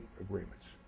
agreements